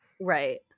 right